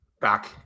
back